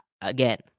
again